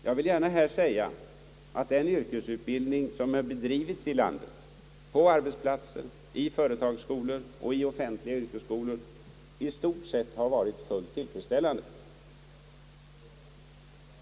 Jag vill gärna här säga att den yrkesutbildning, som bedrivits här i landet på arbetsplatser, i företagsskolor och i offentliga yrkesskolor, i stort sett varit fullt tillfredsställande.